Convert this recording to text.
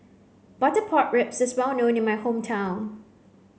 butter pork ribs is well known in my hometown